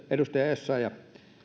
edustaja sari essayah